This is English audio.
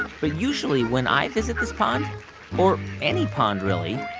and usually, when i visit his pond or any pond, really,